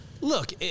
Look